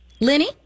Lenny